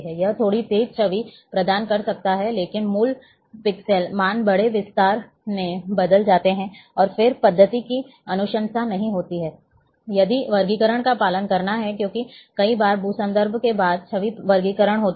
यह थोड़ी तेज छवि प्रदान कर सकता है लेकिन मूल पिक्सेल मान बड़े विस्तार में बदल जाते हैं और इस पद्धति की अनुशंसा नहीं की जाती है यदि वर्गीकरण का पालन करना है क्योंकि कई बार भू संदर्भ के बाद हम छवि वर्गीकरण के लिए जाते हैं